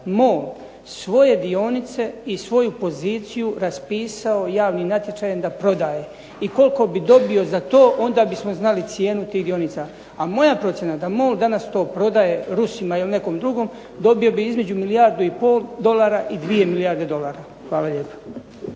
MOL svoje dionice i svoju poziciju raspisao javnim natječajem da prodaje i koliko bi dobio za to onda bismo znali cijenu tih dionica, a moja procjena da MOL danas to prodaje Rusima ili nekom drugom dobio bi između milijardu i pol dolara i 2 milijarde dolara. Hvala lijepa.